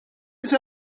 this